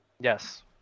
Yes